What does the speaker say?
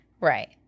Right